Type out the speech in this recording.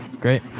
Great